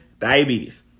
diabetes